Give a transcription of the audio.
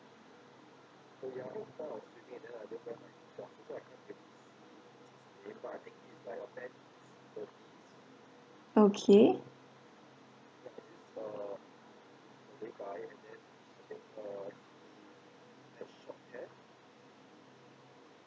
okay